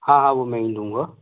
हाँ हाँ वह मैं ही दूँगा